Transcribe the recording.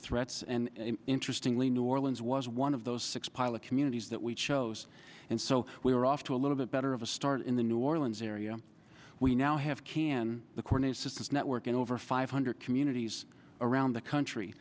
threats and interestingly new orleans was one of those six pilot communities that we chose and so we were off to a little bit better of a start in the new orleans area we now have can the cornices this network in over five hundred communities around the country